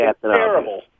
terrible